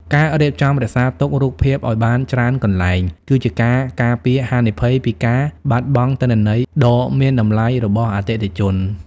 ការរៀបចំរក្សាទុក រូបភាពឱ្យបានច្រើនកន្លែង គឺជាការការពារហានិភ័យពីការបាត់បង់ទិន្នន័យដ៏មានតម្លៃរបស់អតិថិជន។